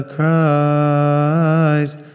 Christ